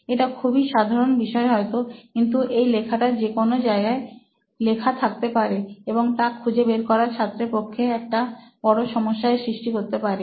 এটা খুবই সাধারন বিষয় হয়তো কিন্তু এই লেখাটা যেকোনো জায়গায় লেখা থাকতে পারে এবং তা খুঁজে বের করা ছাত্রদের পক্ষে একটা বড় সমস্যা এর সৃষ্টি করতে পারে